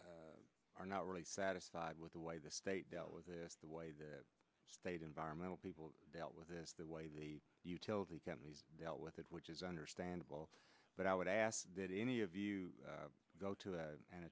you are not really satisfied with the way the state dealt with the way the state environmental people dealt with this the way the utility companies dealt with it which is understandable but i would ask that any of you go to